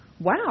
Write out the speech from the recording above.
wow